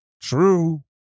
True